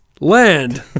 land